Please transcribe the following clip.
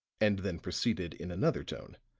and then proceeded in another tone.